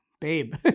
babe